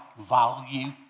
value